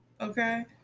okay